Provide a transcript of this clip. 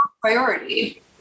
Priority